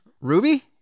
Ruby